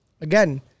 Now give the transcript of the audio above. again